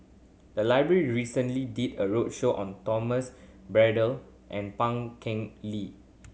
the library recently did a roadshow on Thomas Braddell and Pan Keng Li